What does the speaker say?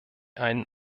einen